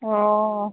অ